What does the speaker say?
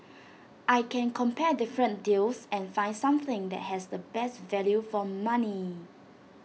I can compare different deals and find something that has the best value for money